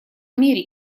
мире